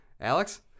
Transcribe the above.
Alex